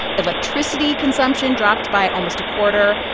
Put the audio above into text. electricity consumption dropped by almost a quarter.